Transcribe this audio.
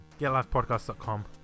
Getlifepodcast.com